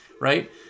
right